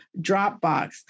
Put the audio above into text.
Dropbox